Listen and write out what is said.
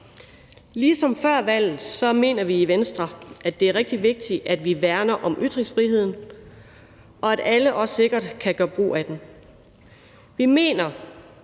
Ligesom før valget mener vi i Venstre, det er rigtig vigtigt, at vi værner om ytringsfriheden, og at alle også kan gøre brug af den sikkert.